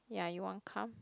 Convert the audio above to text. ya you want come